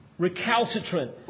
recalcitrant